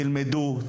תלמדו,